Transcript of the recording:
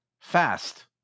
fast